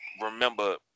remember